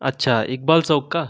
अच्छा इकबाल चौक का